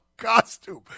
Costume